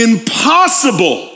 Impossible